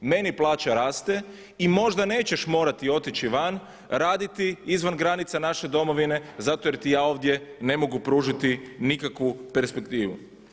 Meni plaća raste i možda nećeš morati otići van raditi izvan granica naše domovine zato jer ti ja ovdje ne mogu pružiti nikakvu perspektivu.